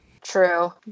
True